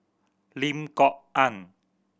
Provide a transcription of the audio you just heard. Lim Kok Ann